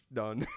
done